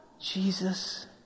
Jesus